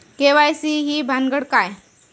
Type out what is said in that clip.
KYC ही भानगड काय?